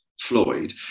Floyd